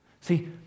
See